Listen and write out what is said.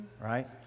Right